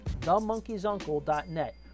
themonkeysuncle.net